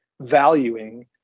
valuing